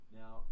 now